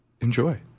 enjoy